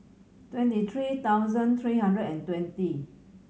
twenty three thousand three hundred and twenty